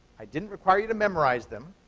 i didn't require you to memorize them,